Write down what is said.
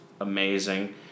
amazing